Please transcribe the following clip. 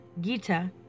Gita